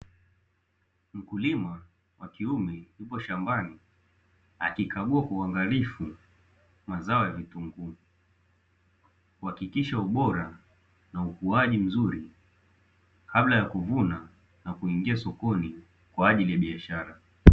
Mkulima wa kiume yupo shambani, akikagua kwa uangalifu mazao ya vitunguu. Kuhakikisha ubora na ukuaji mzuri, kabla ya kuvuna na kuingia sokoni kwa ajili ya biashara.